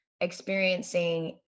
experiencing